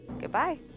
Goodbye